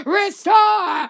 restore